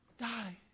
die